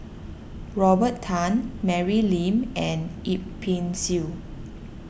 Robert Tan Mary Lim and Yip Pin Xiu